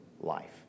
life